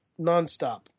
nonstop